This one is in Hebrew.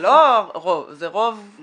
חצי בערך?